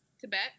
Tibet